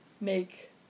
make